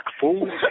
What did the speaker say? fool